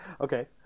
Okay